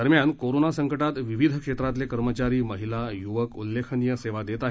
दरम्यान कोरोना संकटात विविध क्षेत्रातले कर्मचारी महिला युवक उल्लेखनीय सेवा देत आहेत